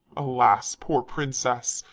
alas, poor princess,